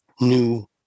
new